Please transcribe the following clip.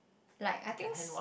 like I think